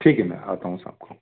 ठीक है मैं आता हूँ शाम को